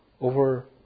over